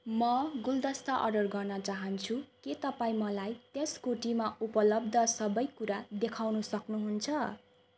म गुलदस्ता अर्डर गर्न चाहन्छु के तपाईँ मलाई त्यस कोटीमा उपलब्ध सबै कुरा देखाउन सक्नुहुन्छ